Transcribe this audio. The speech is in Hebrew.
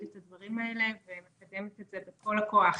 את הדברים האלה ומקדמת את זה בכל הכוח.